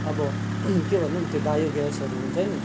अब के भनौँ त्यो बायो ग्यासहरू हुन्छ नि